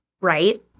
right